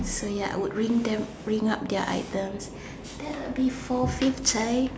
so ya I would ring ring up their items that'll be four fifty